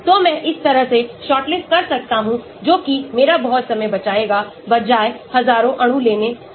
तो मैं इस तरह से शॉर्टलिस्ट कर सकता हूं जो कि मेरा बहुत समय बचाएगा बजाय हजारों अणुलेने से